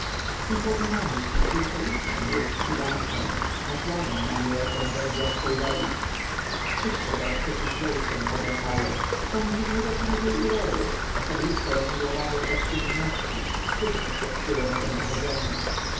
przyszło mi na myśl czy i felic a nie est cyganką nasłaną na mnie ako narzędzie obce woli wszystko teraz przeciw nie się obracało sam dziwny gatunek e urody osobliwsze rozmiłowanie w bezczynności wszystko świadczyło za tym pochodzeniem